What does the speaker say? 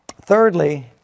thirdly